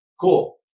cool